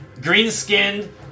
green-skinned